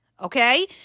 okay